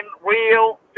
real